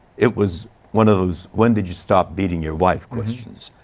it was one of those when did you stop beating your wife questions.